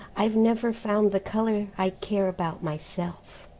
i've never found the colour i care about myself.